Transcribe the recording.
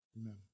Amen